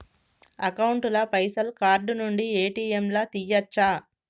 Account ల పైసల్ card నుండి ఏ.టి.ఎమ్ లా తియ్యచ్చా?